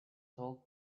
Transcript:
sold